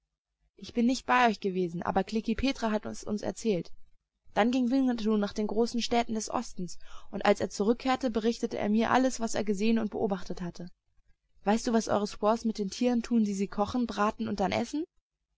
ich bin nicht bei euch gewesen aber klekih petra hat es uns erzählt dann ging winnetou nach den großen städten des ostens und als er zurückkehrte berichtete er mir alles was er gesehen und beobachtet hatte weißt du was eure squaws mit den tieren tun die sie kochen braten und dann essen